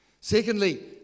Secondly